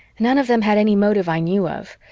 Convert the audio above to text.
none of them had any motive i knew of,